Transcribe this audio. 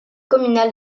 communal